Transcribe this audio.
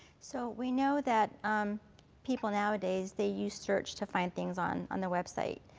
so we know that um people nowadays, they use search to find things on on the web site.